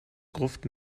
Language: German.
gruft